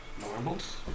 Normals